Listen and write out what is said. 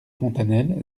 fontanettes